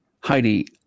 Heidi